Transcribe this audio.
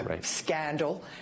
scandal